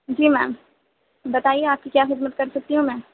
جی ma'am بتائیے آپ کی کیا خدمت کر سکتی ہوں میں